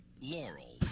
Laurel